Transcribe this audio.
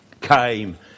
came